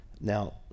Now